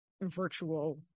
virtual